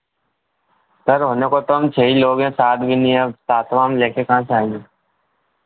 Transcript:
sir होने को तो हम छः ही लोग हैं सात भी नहीं अब सातवाँ हम लेके कहाँ से आएँगे